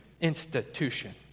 institution